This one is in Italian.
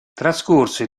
trascorse